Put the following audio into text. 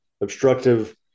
obstructive